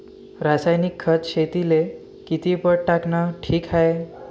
रासायनिक खत शेतीले किती पट टाकनं ठीक हाये?